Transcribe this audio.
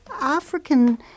African